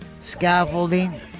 Scaffolding